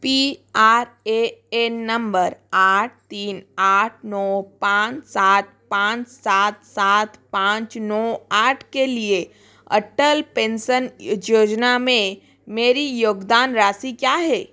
P R A N number आठ तीन आठ नौ पाँच सात पाँच सात सात पाँच नौ आठ के लिए अटल पेंशन जोजना में मेरी योगदान राशि क्या है